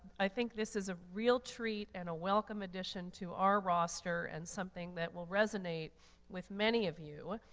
i think this is a real treat and a welcome addition to our roster and something that will resonate with many of you.